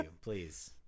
Please